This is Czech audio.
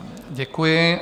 Děkuji.